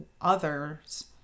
others